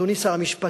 אדוני שר המשפטים,